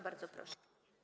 Bardzo proszę.